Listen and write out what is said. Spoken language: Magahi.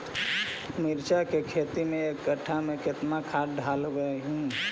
मिरचा के खेती मे एक कटा मे कितना खाद ढालबय हू?